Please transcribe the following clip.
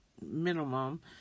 minimum